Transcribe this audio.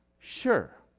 sure.